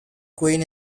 queen